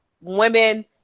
women